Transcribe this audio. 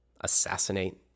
assassinate